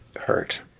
hurt